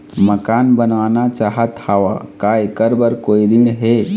मकान बनवाना चाहत हाव, का ऐकर बर कोई ऋण हे?